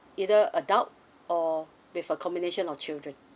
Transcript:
either adult or with a combination of children